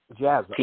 Jazz